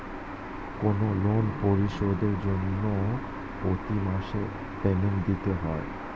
কোনো লোন পরিশোধের জন্য প্রতি মাসে পেমেন্ট দিতে হয়